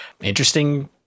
interesting